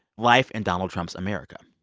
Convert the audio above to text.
life in donald trump's america.